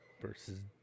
Versus